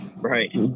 right